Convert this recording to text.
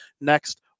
next